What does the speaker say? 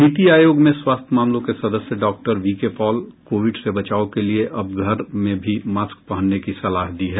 नीति आयोग में स्वास्थ्य मामलों के सदस्य डॉक्टर वीके पॉल ने कोविड से बचाव के लिए अब घर में भी मास्क पहनने की सलाह दी है